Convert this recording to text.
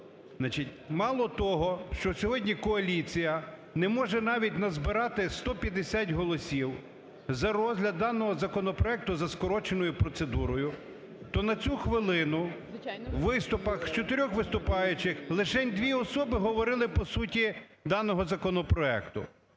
мало того, що сьогодні коаліція не може навіть назбирати 150 голосів за розгляд даного законопроекту за скороченою процедурою, то на цю хвилину у виступах з чотирьох виступаючих лишень дві особи говорили по суті даного законопроекту,